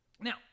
Now